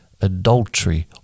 adultery